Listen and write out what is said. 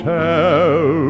tell